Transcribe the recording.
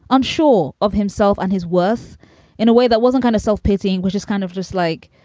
unsure of himself and his worth in a way that wasn't kind of self-pitying. we're just kind of just like.